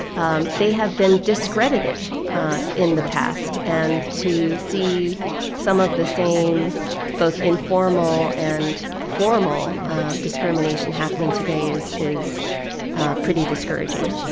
um they have been discredited in the past. and to see some of the same both informal and formal discrimination happening today is is pretty discouraging